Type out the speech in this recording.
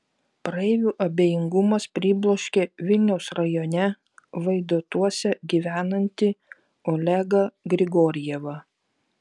praeivių abejingumas pribloškė vilniaus rajone vaidotuose gyvenantį olegą grigorjevą